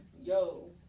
yo